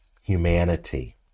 humanity